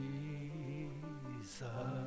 Jesus